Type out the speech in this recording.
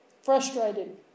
Frustrated